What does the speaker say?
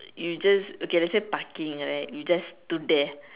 you just okay let's say parking right that you just stood there